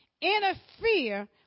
interfere